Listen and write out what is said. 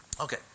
Okay